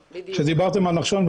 שדיברתם על נחשון,